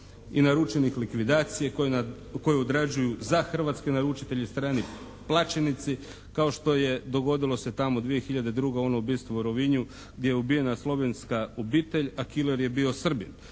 i naručenih likvidacija koju odrađuju za hrvatske naručitelje strani plaćenici kao što dogodilo se tamo 2002. ono ubistvo u Rovinju gdje je ubijena slovenska obitelj a killer je bio Srbin.